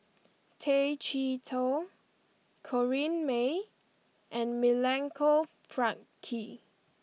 Tay Chee Toh Corrinne May and Milenko Prvacki